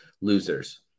losers